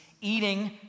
eating